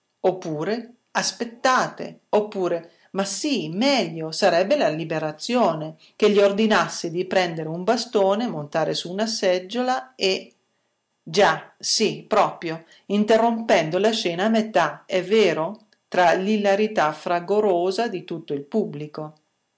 oppure aspettate oppure ma sì meglio sarebbe la liberazione che gli ordinasse di prendere un bastone montare su una seggiola e già sì proprio interrompendo la scena a metà è vero tra l'ilarità fragorosa di tutto il pubblico